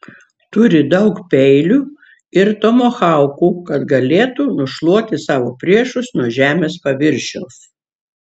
turi daug peilių ir tomahaukų kad galėtų nušluoti savo priešus nuo žemės paviršiaus